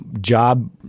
job